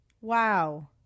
Wow